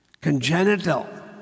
congenital